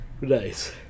nice